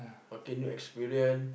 continue experience